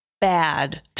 bad